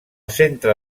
centre